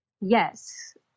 Yes